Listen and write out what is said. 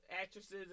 actresses